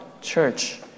church